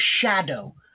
shadow